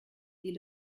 dit